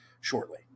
shortly